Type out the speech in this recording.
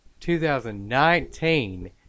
2019